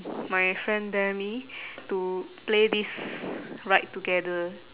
my friend dare me to play this ride together